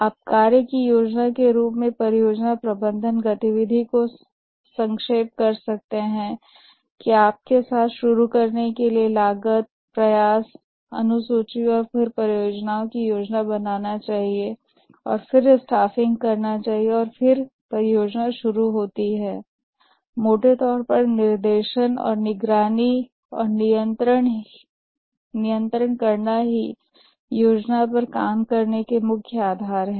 आप कार्य की योजना के रूप में परियोजना प्रबंधन गतिविधि को संक्षेप कर सकते हैं कि आप के साथ शुरू करने के लिए लागत प्रयास अनुसूची और फिर परियोजनाओं की प्लानिंग बनाना चाहिए और फिर स्टाफिंग करना चाहिए और फिर परियोजना शुरू होती है और मोटे तौर पर यह निर्देशन निगरानी और नियंत्रण है जिसे हम कहते हैं की योजना पर काम कर रहे हैं